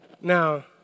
Now